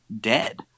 dead